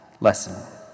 lesson